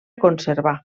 conservar